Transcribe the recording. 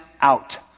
out